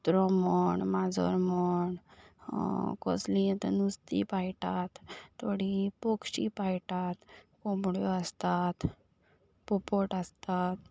कुत्रो म्हण माजर म्हण कसलीं आतां नुस्तीं पाळटात थोडीं पक्षी पाळटात कोंबड्यो आसतात पोपोट आसता